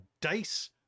dice